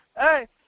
Hey